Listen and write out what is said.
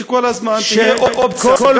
שכל הזמן תהיה אופציה,